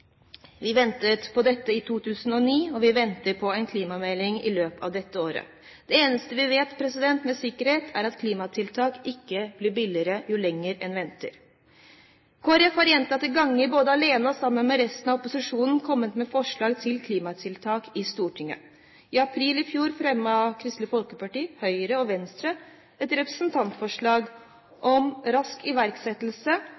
Vi ventet på dette i 2009, og vi venter på en klimamelding i løpet av dette året. Det eneste vi vet med sikkerhet, er at klimatiltak ikke blir billigere jo lenger en venter. Kristelig Folkeparti har gjentatte ganger, både alene og sammen med resten av opposisjonen, kommet med forslag til klimatiltak i Stortinget. I april i fjor fremmet Kristelig Folkeparti, Høyre og Venstre et representantforslag